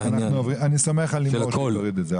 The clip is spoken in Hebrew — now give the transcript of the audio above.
אני סומך על לימור שיורידו את זה.